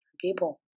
people